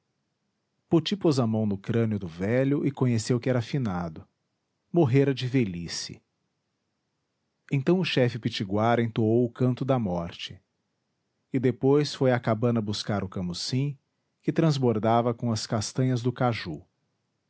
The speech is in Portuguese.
poti pôs a mão no crânio do velho e conheceu que era finado morrera de velhice então o chefe pitiguara entoou o canto da morte e depois foi à cabana buscar o camucim que transbordava com as castanhas do caju